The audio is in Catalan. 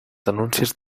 denúncies